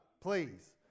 please